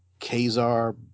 Kazar